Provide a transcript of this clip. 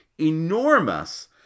enormous